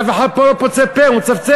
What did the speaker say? ואף אחד פה לא פוצה פה ומצפצף.